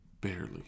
barely